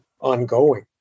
ongoing